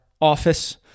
office